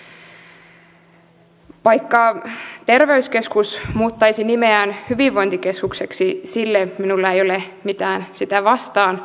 vaikka terveyskeskus muuttaisi nimensä hyvinvointikeskukseksi minulla ei ole mitään sitä vastaan